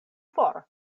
for